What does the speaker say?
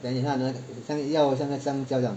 then 你看那个要像个香蕉这样